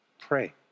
Pray